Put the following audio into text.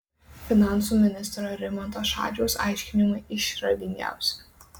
finansų ministro rimanto šadžiaus aiškinimai išradingiausi